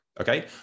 okay